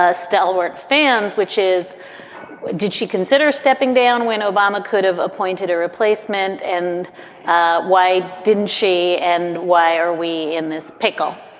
ah stalwart fans, which is did she consider stepping down when obama could have appointed a replacement? and why didn't she? and why are we in this pickle?